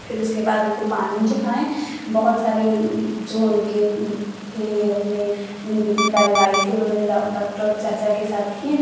फिर उसके बाद उनको पानी चढ़ाए बहुत सारे जो उनके थे अपने जितनी करवाई थी उन्होंने डॉक्टर चाचा के साथ की